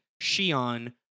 Shion